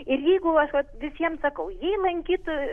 ir jeigu aš vat visiems sakau jį lankytų